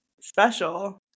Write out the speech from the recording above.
special